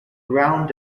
ground